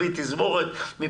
נביא תזמורת.